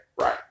right